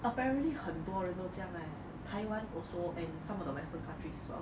apparently 很多人都这样 leh taiwan also and some of the western countries as well